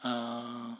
uh